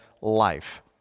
life